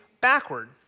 backward